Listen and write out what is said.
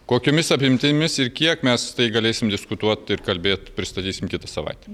kokiomis apimtimis ir kiek mes galėsim diskutuot ir kalbėt pristatysim kitą savaitę